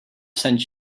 sent